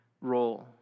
role